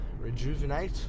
rejuvenate